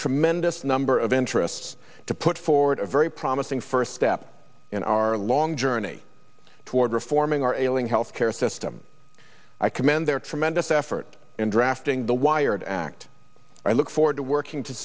tremendous number of interests to put forward a very promising first step in our long journey toward reforming our ailing health care system i commend their tremendous effort in drafting the wired act i look forward to working to